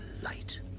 light